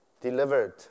delivered